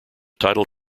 title